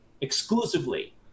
exclusively